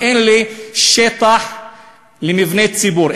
אם אין לי שטח למבני ציבור,